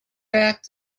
back